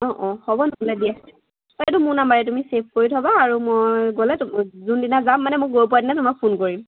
অঁ অঁ হ'ব নহ'লে দিয়া এইটো মোৰ নাম্বাৰৰে তুমি ছেভ কৰি থ'বা আৰু মই গ'লে তোমাক যোনদিনা যাম মানে মোক গৈ পোৱা দিনাই তোমাক ফোন কৰিম